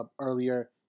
earlier